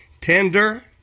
tender